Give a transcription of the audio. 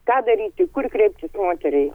ką daryti kur kreiptis moteriai